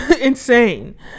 Insane